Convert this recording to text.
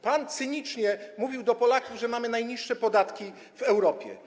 Pan cynicznie mówił do Polaków, że mamy najniższe podatki w Europie.